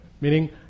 Meaning